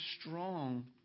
strong